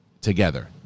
together